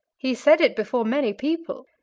he said it before many people.